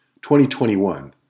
2021